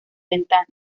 ventana